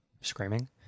screaming